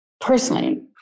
personally